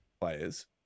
players